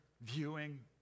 viewing